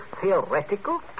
theoretical